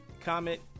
comment